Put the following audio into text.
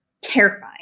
terrifying